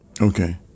Okay